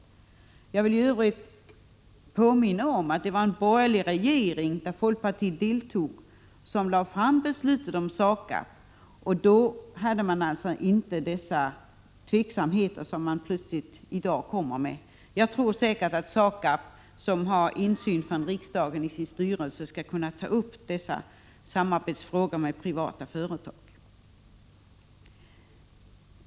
För övrigt vill jag påminna om att det var en borgerlig regering, i vilken folkpartiet ingick, som fattade beslutet om SAKAB. Då förelåg alltså inte samma tveksamhet som i dag. Jag tror att SAKAB, där riksdagen har insyn genom styrelsemedverkan, säkert skall kunna ta upp samarbetsfrågorna med privata företag.